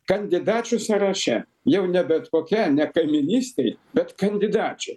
kandidačių sąraše jau ne bet kokia ne kaimynystėj bet kandidačių